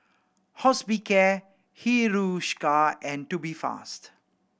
Hospicare Hiruscar and Tubifast